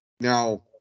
Now